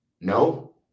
No